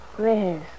Yes